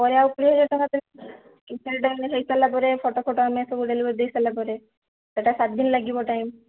ପରେ ଆଉ କୋଡ଼ିଏ ହଜାର ଟଙ୍କା ଦେବେ କ୍ୟାସେଟ୍ଟା ଆମେ ହେଇସାରିଲା ପରେ ଫଟୋ ପଟ ଆମେ ସବୁ ଡେଲିଭରି ଦେଇସାରିଲା ପରେ ସେଟା ସାତ ଦିନ ଲାଗିବ ଟାଇମ୍